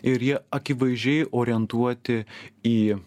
ir jie akivaizdžiai orientuoti į